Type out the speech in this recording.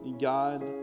God